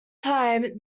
time